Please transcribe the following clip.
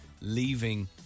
leaving